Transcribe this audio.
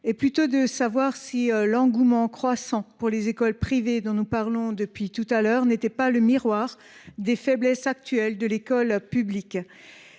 est plutôt de savoir si l’engouement croissant pour les écoles privées, dont nous parlons depuis l’ouverture de notre débat, n’est pas le miroir des faiblesses actuelles de l’école publique.